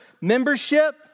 membership